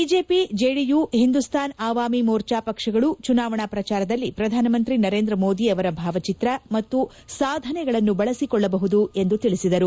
BJP JDU Hindustan Awami Morcha ಪಕ್ಷಗಳು ಚುನಾವಣಾ ಪ್ರಚಾರದಲ್ಲಿ ಶ್ರಧಾನಮಂತ್ರಿ ನರೇಂದ್ರ ಮೋದಿ ಅವರ ಭಾವಚಿತ್ರ ಮತ್ತು ಸಾಧನೆಗಳನ್ನು ಬಳಸಿಕೊಳ್ಳಬಹುದು ಎಂದು ತಿಳಿಸಿದರು